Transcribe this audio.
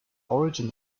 origin